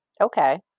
Okay